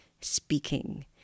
speaking